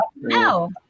No